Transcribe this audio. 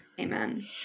Amen